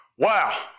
Wow